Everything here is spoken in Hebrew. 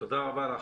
תודה רבה לך.